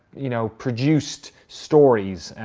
you know, produced stories.